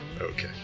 Okay